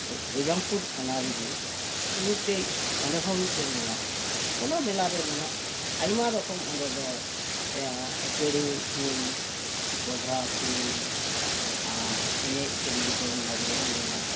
ᱦᱳᱨᱤᱨᱟᱢᱯᱩᱨ ᱛᱷᱟᱱᱟ ᱨᱮᱜᱮ ᱢᱤᱫᱴᱮᱡ ᱚᱸᱰᱮ ᱦᱚᱸ ᱢᱤᱫᱴᱮᱱ ᱢᱮᱞᱟ ᱚᱱᱟ ᱢᱮᱞᱟ ᱨᱮᱱᱟᱜ ᱟᱭᱢᱟ ᱨᱚᱠᱚᱢ ᱚᱸᱰᱮᱫᱚ ᱟᱹᱯᱟᱹᱲᱤ ᱛᱩᱧ ᱵᱚᱡᱷᱟ ᱛᱩᱧ ᱟᱨ ᱮᱱᱮᱡ ᱥᱮᱨᱮᱧ ᱫᱚᱝ ᱞᱟᱜᱽᱲᱮ ᱢᱮᱞᱟ